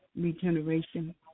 regeneration